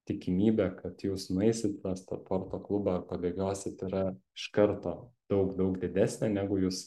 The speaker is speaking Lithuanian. tikimybė kad jūs nueisit pas tą porto klubą ar pabėgiosit yra iš karto daug daug didesnė negu jūs